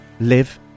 live